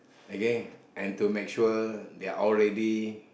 okay and to make sure they're all ready